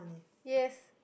yes